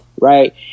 right